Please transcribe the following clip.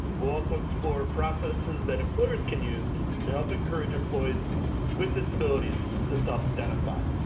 we'll also explore processes that employers can use to help encourage employees with disabilities to self identify.